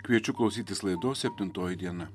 kviečiu klausytis laidos septintoji diena